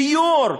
דיור.